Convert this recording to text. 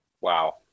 Wow